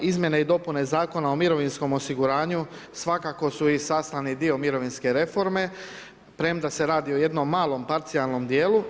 Izmjene i dopune Zakona o mirovinskom osiguranju svakako su i sastavni dio mirovinske reforme premda se radi o jednom malom parcijalnom dijelu.